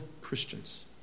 Christians